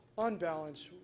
on balance,